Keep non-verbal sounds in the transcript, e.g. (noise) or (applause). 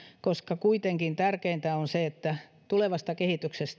koska kuitenkin tärkeintä on se että tulevassa kehityksessä (unintelligible)